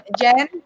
Jen